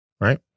right